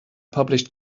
published